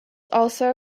also